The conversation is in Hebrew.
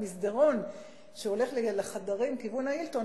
במסדרון שהולך לחדרים לכיוון ה"הילטון",